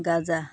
গাজা